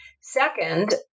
Second